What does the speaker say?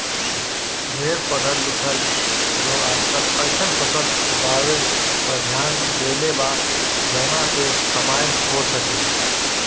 ढेर पढ़ल लिखल लोग आजकल अइसन फसल उगावे पर ध्यान देले बा जवना से कमाई हो सके